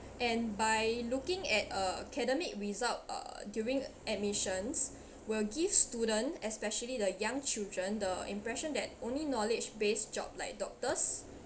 and by looking at uh academic result uh during admissions will give student especially the young children the impression that only knowledge based job like doctors